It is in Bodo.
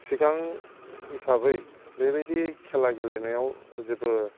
सिगां हिसाबै बेबायदि खेला गेलेनायाव जेबो